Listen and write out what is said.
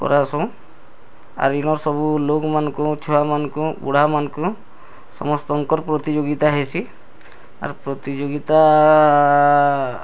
କରାସୁଁ ଆର୍ ଇନର୍ ସବୁ ଲୋକ୍ମାନକୁ ଛୁଆମାନ୍କୁ ବୁଢାମାନ୍କୁ ସମସ୍ତଙ୍କର୍ ପ୍ରତିଯୋଗିତା ହେସି ଆର୍ ପ୍ରତିଯୋଗିତା